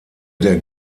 der